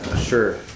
Sure